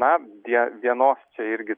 na die vienos čia irgi